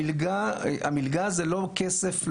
המלגה זה לא כסף לפסיכולוג,